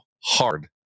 hard